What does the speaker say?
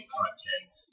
content